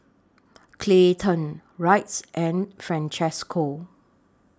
Clayton Wrights and Francesco